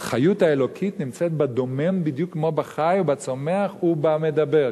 החיות האלוקית נמצאת בדומם בדיוק כמו בחי ובצומח ובמדבר,